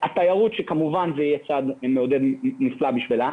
התיירות שזה יהיה צעד מעודד נפלא בשבילה.